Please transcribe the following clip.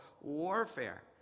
warfare